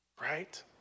right